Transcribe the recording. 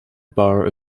borough